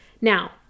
Now